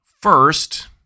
First